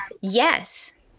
yes